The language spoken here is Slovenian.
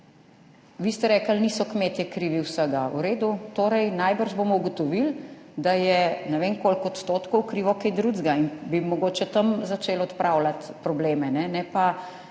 Vi ste rekli, niso vsega krivi kmetje. V redu. Najbrž bomo ugotovili, da je v ne vem koliko odstotkih krivo kaj drugega in bi mogoče tam začeli odpravljati probleme,